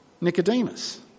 Nicodemus